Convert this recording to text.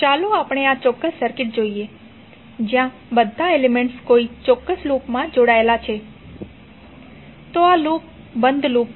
ચાલો આપણે આ ચોક્કસ સર્કિટ જોઈએ જ્યાં બધા એલિમેન્ટ્સ કોઈ ચોક્કસ લૂપમાં જોડાયેલા છે તો આ લૂપ બંધ લૂપ છે